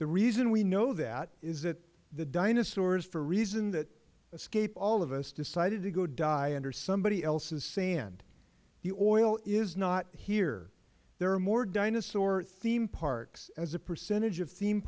the reason we know that is that the dinosaurs for reasons that escape all of us decided to go die under somebody else's sand the oil is not here there are more dinosaur theme parks as a percentage of theme